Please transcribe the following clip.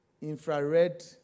infrared